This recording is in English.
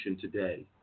today